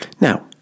Now